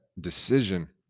decision